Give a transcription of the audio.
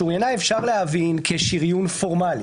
שוריינה, אפשר להבין כשריון פורמלי.